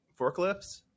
forklifts